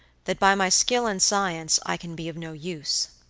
that by my skill and science i can be of no use.